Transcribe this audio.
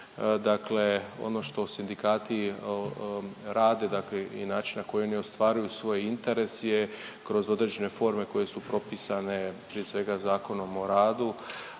Dakle ono što sindikati rade, dakle i način na koji oni ostvaruju svoj interes je kroz određene forme koje su propisane prije svega, Zakonom o radu,